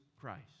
Christ